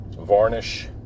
varnish